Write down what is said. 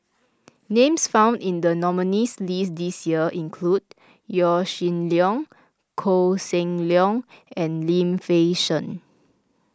names found in the nominees' list this year include Yaw Shin Leong Koh Seng Leong and Lim Fei Shen